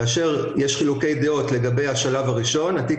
כאשר יש חילוקי דעות לגבי השלב הראשון התיק